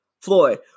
Floyd